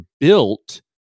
built